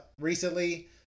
recently